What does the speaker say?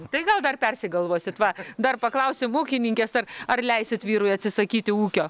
tai gal dar persigalvosit va dar paklausim ūkininkės ar ar leisit vyrui atsisakyti ūkio